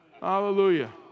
Hallelujah